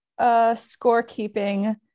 scorekeeping